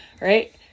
right